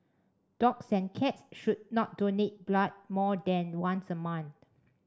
dogs and cats should not donate blood more than once a month